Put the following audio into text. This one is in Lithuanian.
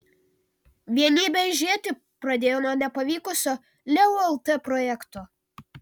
vienybė aižėti pradėjo nuo nepavykusio leo lt projekto